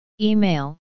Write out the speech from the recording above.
Email